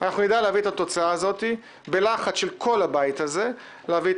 אנחנו נדע להביא את התוצאה הזאת בלחץ של כל הבית הזה ונביא את